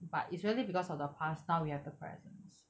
but it's really because of the past now we have the presents